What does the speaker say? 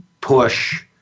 push